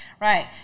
right